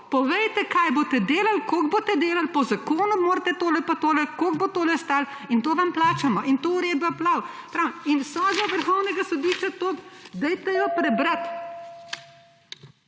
Povejte kaj boste delali, koliko boste delali, po zakonu morate tole pa tole, koliko bo tole stalo in to vam plačamo in to uredba pravi. In sodba Vrhovnega sodišča, dajte jo prebrati.